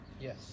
Yes